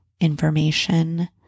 information